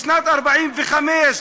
משנת 1945,